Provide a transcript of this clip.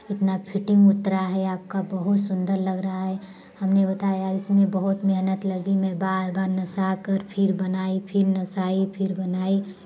इतना फिटिंग उतरा है आपका बहुत सुंदर लग रहा है हमने बताया इसमें बहुत मेहनत लग रही मैं बार बार नसा कर फिर बनाई फिर नसाई फिर बनाई